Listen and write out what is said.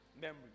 Memory